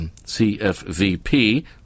cfvp